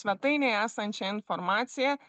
svetainėj esančią informaciją